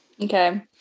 Okay